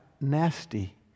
nasty